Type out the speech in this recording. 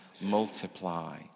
multiply